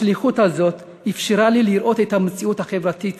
השליחות הזאת אפשרה לי לראות את המציאות החברתית